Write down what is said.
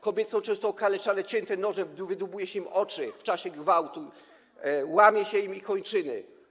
Kobiety są często okaleczane, cięte nożem, wydłubuje im się oczy w czasie gwałtu, łamie się im kończyny.